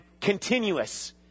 continuous